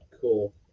cool